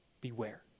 beware